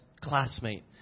classmate